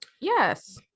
Yes